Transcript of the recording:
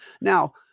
now